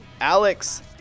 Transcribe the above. Alex